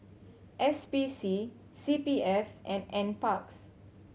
S P C C P F and N Parks